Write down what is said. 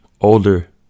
older